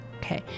okay